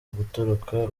gutoroka